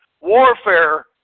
warfare